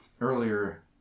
earlier